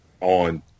on